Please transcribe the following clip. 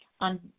On